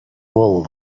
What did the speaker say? wool